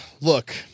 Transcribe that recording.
look